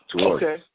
Okay